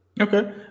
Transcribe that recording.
Okay